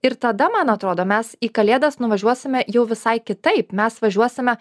ir tada man atrodo mes į kalėdas nuvažiuosime jau visai kitaip mes važiuosime